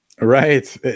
Right